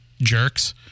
jerks